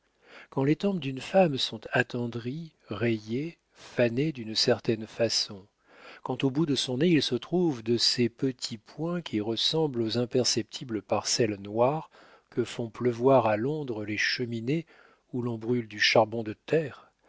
quand les tempes d'une femme sont attendries rayées fanées d'une certaine façon quand au bout de son nez il se trouve de ces petits points qui ressemblent aux imperceptibles parcelles noires que font pleuvoir à londres les cheminées où l'on brûle du charbon de terre